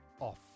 off